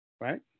Right